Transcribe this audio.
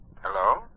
Hello